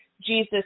Jesus